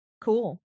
Cool